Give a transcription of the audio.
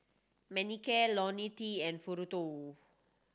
Manicare Ionil T and Futuro